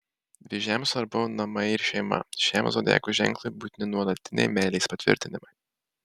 vėžiams svarbu namai ir šeima šiam zodiako ženklui būtini nuolatiniai meilės patvirtinimai